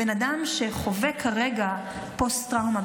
בן אדם שחווה כרגע פוסט-טראומה,